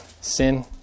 sin